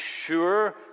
sure